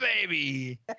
baby